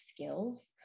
skills